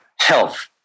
health